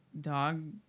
dog